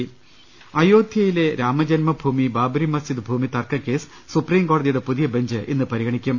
്്്്്്്് അയോധ്യയിലെ രാമജന്മഭൂമി ബാബ്റി മസ്ജിദ് ഭൂമി തർക്ക കേസ് സുപ്രീം കോടതിയുടെ പുതിയ ബഞ്ച് ഇന്ന് പരിഗണിക്കും